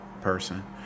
person